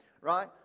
right